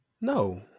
No